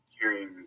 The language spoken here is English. hearing